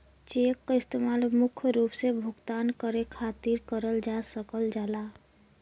check क इस्तेमाल मुख्य रूप से भुगतान करे खातिर करल जा सकल जाला